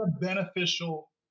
beneficial